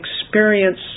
experience